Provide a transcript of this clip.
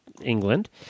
England